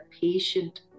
patient